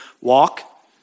walk